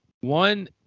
one